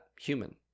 human